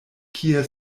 kie